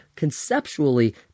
conceptually